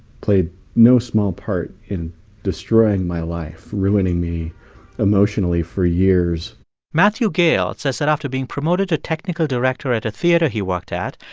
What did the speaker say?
played no small part in destroying my life, ruining me emotionally for years matthew gale says that after being promoted to technical director at a theater he worked that,